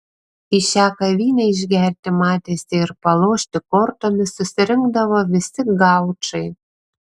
į šią kavinę išgerti matėsi ir palošti kortomis susirinkdavo visi gaučai